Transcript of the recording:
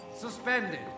suspended